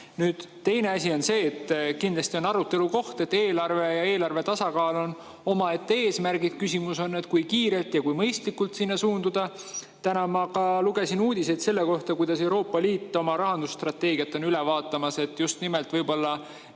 teine asi on see, et kindlasti on arutelu koht, et eelarve ja eelarve tasakaal on omaette eesmärgid. Küsimus on, kui kiirelt ja kui mõistlikult sinna suunduda. Täna ma lugesin uudiseid selle kohta, kuidas Euroopa Liit on oma rahandusstrateegiat üle vaatamas, et just nimelt võib-olla